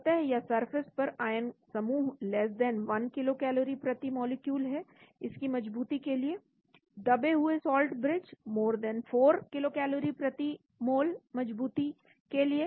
सतह या सरफेस पर आयन समूह 1 किलो कैलोरी प्रति मॉलिक्यूल है इसकी मज़बूती के लिए दबे हुए साल्ट ब्रिज 4 किलो कैलोरी प्रति मोल मज़बूती के लिए